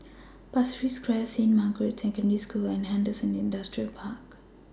Pasir Ris Crest Saint Margaret's Secondary School and Henderson Industrial Park